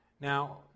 Now